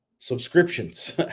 subscriptions